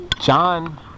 John